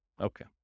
Okay